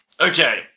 Okay